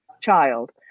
child